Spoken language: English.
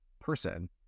person